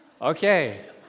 Okay